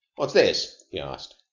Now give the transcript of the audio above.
what's this? he asked.